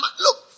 Look